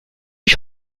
ich